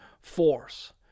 force